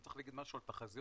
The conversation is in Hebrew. אני צריך להגיד משהו על תחזיות.